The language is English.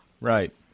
Right